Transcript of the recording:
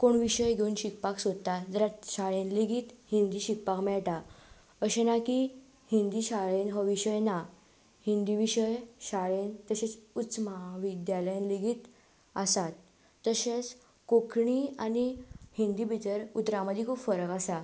कोण विशय घेवन शिकपाक सोदता जाल्यार शाळेन लेगीत हिंदी शिकपाक मेळटा अशें ना की हिंदी शाळेंत हो विशय ना हिंदी विशय शाळेंत तशेंच उच्च महाविद्यालयान लेगीत आसात तशेंच कोंकणी आनी हिंदी भितर उतरां मदीं खूब फरक आसा